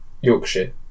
Yorkshire